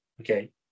okay